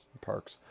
parks